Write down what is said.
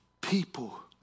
people